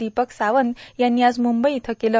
दिपक सावंत यांनी आज मुंबई इथं केले